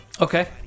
Okay